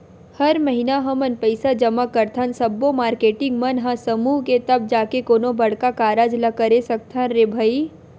हर महिना हमन पइसा जमा करथन सब्बो मारकेटिंग मन ह समूह के तब जाके कोनो बड़का कारज ल करे सकथन रे भई